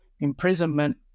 imprisonment